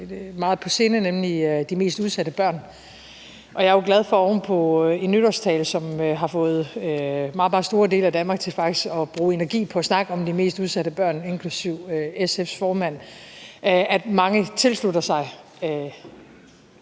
meget på sinde, nemlig de mest udsatte børn, og jeg er jo glad for oven på en nytårstale, som har fået meget, meget store dele af Danmark til faktisk at bruge energi på at snakke om de mest udsatte børn, inklusive SF's formand, at mange tilslutter sig